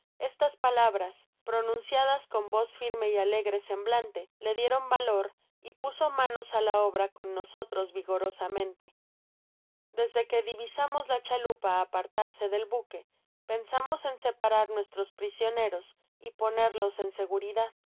estas palabras pronunciadas con voz firme y alegre semblante le dieron valor y puso manos á la obra con nosotros vigorosamente desde que divisamos la chalupa apartarse del buque pensamos en separar nuestros prisioneros y ponerlos en seguridad